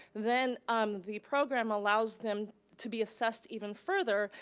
then um the program allows them to be assessed even further.